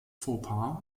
fauxpas